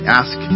ask